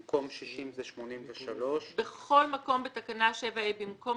במקום 60, זה 83. בכל מקום בתקנה 7(ה), במקום